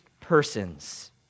persons